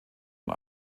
und